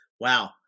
Wow